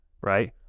right